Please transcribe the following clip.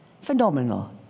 Phenomenal